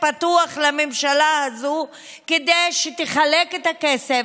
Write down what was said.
פתוח לממשלה הזאת כדי שתחלק את הכסף,